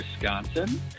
Wisconsin